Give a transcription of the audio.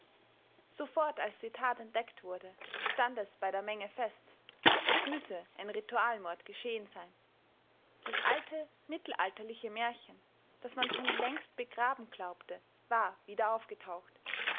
sofort als die tat entdeckt wurde stand es bei der menge fest es müsse ein ritualmord geschehen sein das alte mittelalterliche märchen das man schon längst begraben glaubte war wieder aufgetaucht